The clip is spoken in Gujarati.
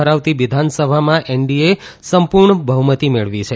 ધરાવતી વિધાનસભામાં એનડીએ સંપુર્ણ બહ્મતી મેળવી છે